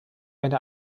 eine